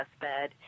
bed